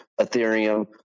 Ethereum